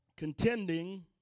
contending